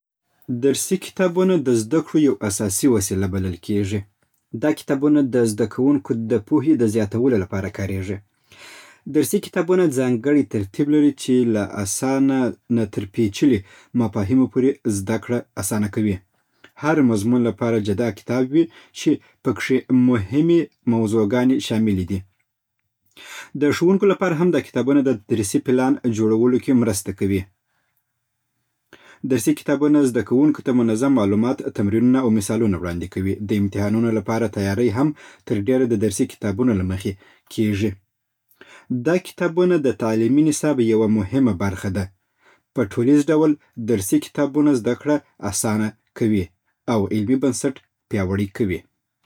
"درسي کتابونه د زده کړو يو اساسي وسيله بلل کېږي. دا کتابونه د زده کوونکو د پوهې د زياتولو لپاره کارېږي. درسي کتابونه ځانګړی ترتيب لري چې له اسانه نه تر پېچلي مفاهيمو پورې زده کړه اسانه کوي. د هر مضمون لپاره جدا کتاب وي چې پکې مهمې موضوعګانې شاملې وي. د شوونکو لپاره هم دا کتابونه د تدريسي پلان جوړولو کې مرسته کوي. درسي کتابونه زده کوونکو ته منظم معلومات، تمرينونه او مثالونه وړاندې کوي. د امتحانونو لپاره تياري هم تر ډېره د درسي کتابونو له مخې کېژي. دا کتابونه د تعليمي نصاب يوه مهمه برخه ده. په ټوليز ډول، درسي کتابونه زده کړه اسانه کوي او علمي بنسټ پياوړی کوي."